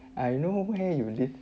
I know where you live